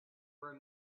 were